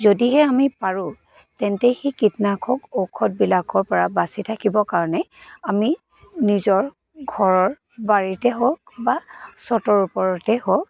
যদিহে আমি পাৰোঁ তেন্তে সেই কীটনাশক ঔষধবিলাকৰ পৰা বাচি থাকিবৰ কাৰণে আমি নিজৰ ঘৰৰ বাৰীতে হওক বা ছাদৰ ওপৰতেই হওক